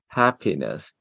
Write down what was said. happiness